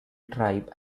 tribe